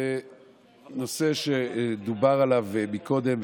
זה נושא שדובר עליו קודם,